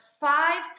five